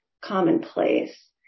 Commonplace